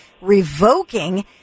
revoking